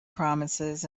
promises